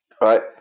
right